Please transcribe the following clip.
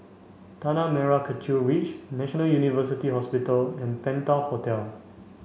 Tanah Merah Kechil Ridge National University Hospital and Penta Hotel